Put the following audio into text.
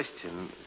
Question